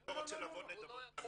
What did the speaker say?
אני לא רוצה נדבות מהממשלה,